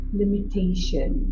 limitation